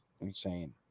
insane